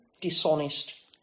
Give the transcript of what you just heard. dishonest